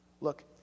Look